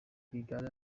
rwigara